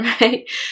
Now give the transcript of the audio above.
right